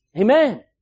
Amen